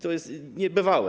To jest niebywałe.